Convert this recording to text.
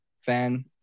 fan